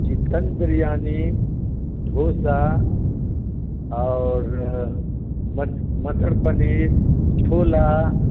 chicken biryani dosa और मटर पनीर छोला